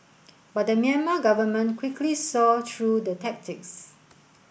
but the Myanmar government quickly saw through the tactics